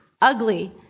ugly